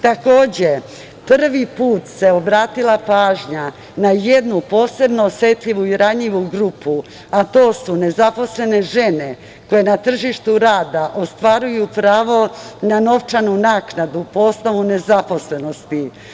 Prvi put se obratila pažnja na jednu posebno osetljivu i ranjivu grupu, a to su nezaposlene žene koje na tržištu rada ostvaruju pravo na novčanu naknadu po osnovu nezaposlenosti.